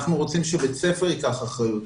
אנחנו רוצים שבית הספר ייקח אחריות,